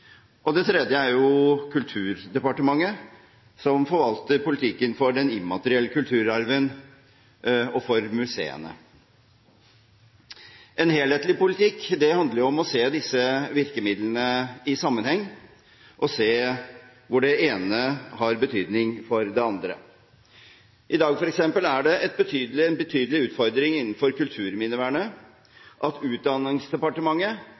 området. Det tredje er Kulturdepartementet, som forvalter politikken for den immaterielle kulturarven og for museene. En helhetlig politikk handler jo om å se disse virkemidlene i sammenheng, se hvor det ene har betydning for det andre. I dag er det f.eks.en betydelig utfordring innenfor kulturminnevernet at Utdanningsdepartementet